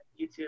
YouTube